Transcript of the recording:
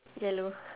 yellow